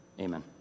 Amen